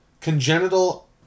Congenital